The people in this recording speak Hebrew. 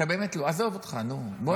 אתה באמת לא, עזוב אותך, נו.